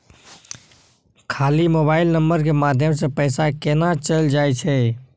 खाली mobile number के माध्यम से पैसा केना चल जायछै?